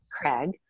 Craig